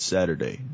Saturday